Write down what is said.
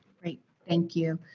thank you,